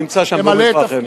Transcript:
הוא נמצא שם באום-אל-פחם.